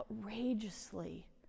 outrageously